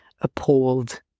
appalled